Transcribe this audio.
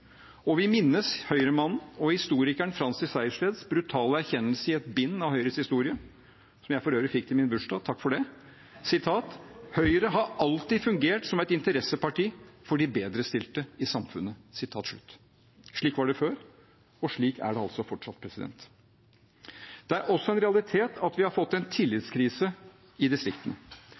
Og vi minnes Høyre-mannen og historikeren Francis Sejersteds brutale erkjennelse i et bind av Høyres historie, som jeg for øvrig fikk til min bursdag – takk for det: «Høyre har alltid fungert som et interesseparti for de bedrestilte i samfunnet.» Slik var det før, og slik er det altså fortsatt. Det er også en realitet at vi har fått en tillitskrise i distriktene.